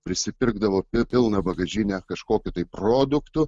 prisipirkdavo pi pilną bagažinę kažkokių tai produktų